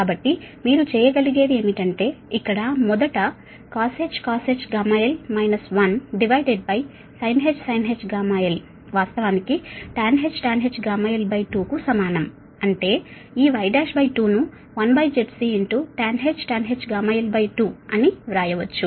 కాబట్టి మీరు చేయగలిగేది ఏమిటంటే ఇక్కడ మొదట cosh γl 1sinh γl వాస్తవానికి tanh γl2 కు సమానం అంటే ఈ Y12 ను1ZCtanh γl2అని వ్రాయవచ్చు